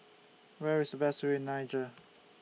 Where IS The Best View in Niger